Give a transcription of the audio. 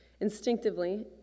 Instinctively